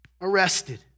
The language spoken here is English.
arrested